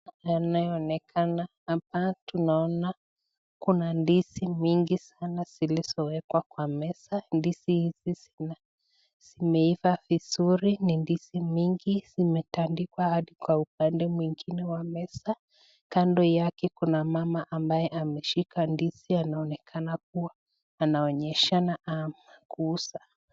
Inaonekana hapa tunaona kuna ndizi mingi sana zilizowekwa kwa meza. Ndizi hizi zimeiva vizuri. Ni ndizi mingi zimetandikwa hadi kwa upande mwingine wa meza. Kando yake kuna mama ambaye ameshika ndizi anaonekana kuwa anaonyeshana ama kuuza.